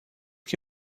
que